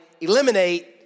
eliminate